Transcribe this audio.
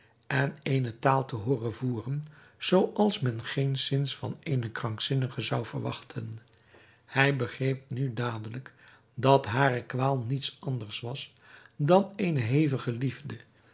en eene taal te hooren voeren zooals men geenszins van eene krankzinnige zou verwachten hij begreep nu dadelijk dat hare kwaal niets anders was dan eene hevige liefde